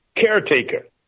caretaker